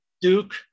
Duke